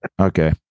Okay